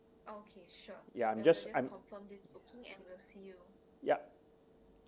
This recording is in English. ya I'm just yup